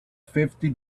fifty